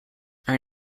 are